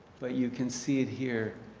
but you can see it here.